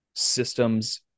systems